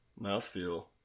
mouthfeel